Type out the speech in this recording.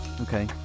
Okay